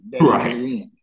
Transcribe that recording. Right